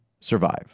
survive